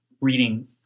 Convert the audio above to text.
reading